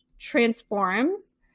transforms